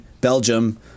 Belgium